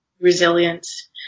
resilience